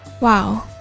Wow